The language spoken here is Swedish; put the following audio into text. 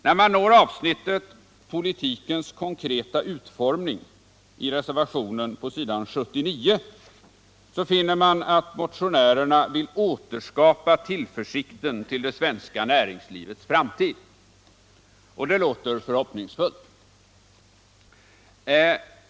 När man når avsnittet ”Politikens konkreta utformning” i reservationen på s. 79, finner man att motionärerna vill återskapa tillförsikten till det svenska näringslivets framtid, och det låter förhoppningsfullt.